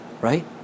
right